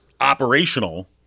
operational